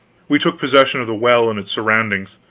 we took possession of the well and its surroundings.